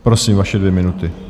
Prosím, vaše dvě minuty.